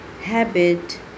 habit